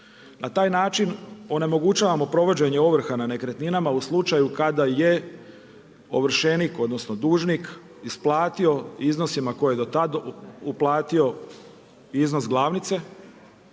Na taj način onemogućavamo provođenje ovrha na nekretninama u slučaju kada je ovršenik odnosno dužnik isplatio iznosima koje je do tada uplatio iznos glavnice.